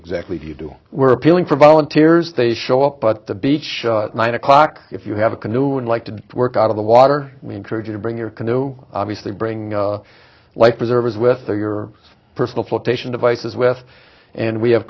exactly do you do we're appealing for volunteers they show up but the beach nine o'clock if you have a canoe and like to work out of the water we encourage you to bring your canoe obviously bring life preservers with your personal flotation devices west and we have